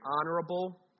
honorable